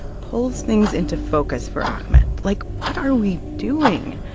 pulls things into focus for ahmed. like, what are we doing?